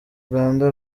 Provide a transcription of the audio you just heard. uganda